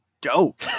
dope